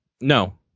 No